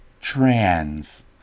trans